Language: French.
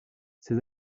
ses